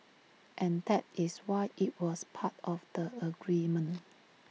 and that is why IT was part of the agreement